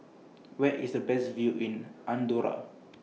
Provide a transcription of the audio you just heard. Where IS The Best View in Andorra